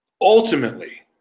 ultimately